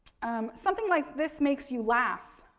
um something like this makes you laugh.